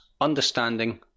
Understanding